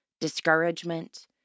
discouragement